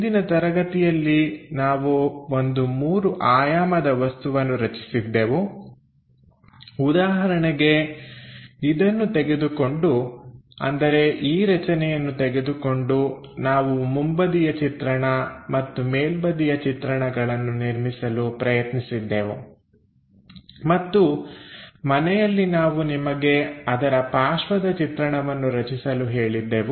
ಹಿಂದಿನ ತರಗತಿಯಲ್ಲಿ ನಾವು ಒಂದು ಮೂರು ಆಯಾಮದ ವಸ್ತುವನ್ನು ರಚಿಸಿದ್ದೆವು ಉದಾಹರಣೆಗೆ ಇದನ್ನು ತೆಗೆದುಕೊಂಡು ಅಂದರೆ ಈ ರಚನೆಯನ್ನು ತೆಗೆದುಕೊಂಡು ನಾವು ಮುಂಬದಿಯ ಚಿತ್ರಣ ಮತ್ತು ಮೇಲ್ಬದಿಯ ಚಿತ್ರಣಗಳನ್ನು ನಿರ್ಮಿಸಲು ಪ್ರಯತ್ನಿಸಿದ್ದೆವು ಮತ್ತು ಮನೆಯಲ್ಲಿ ನಾವು ನಿಮಗೆ ಅದರ ಪಾರ್ಶ್ವದ ಚಿತ್ರಣವನ್ನು ರಚಿಸಲು ಹೇಳಿದ್ದೆವು